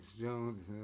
Jones